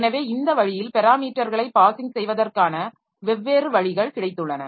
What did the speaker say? எனவே இந்த வழியில் பெராமீட்டர்களை பாஸிங் செய்வதற்கான வெவ்வேறு வழிகள் கிடைத்துள்ளன